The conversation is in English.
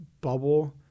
bubble